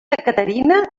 caterina